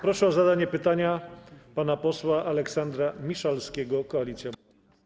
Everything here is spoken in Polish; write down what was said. Proszę o zadanie pytania pana posła Aleksandra Miszalskiego, Koalicja Obywatelska.